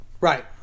Right